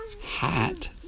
hat